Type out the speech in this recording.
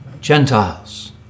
Gentiles